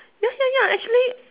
ya ya ya actually